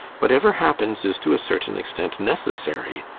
whatever happens is to a certain extent necessary,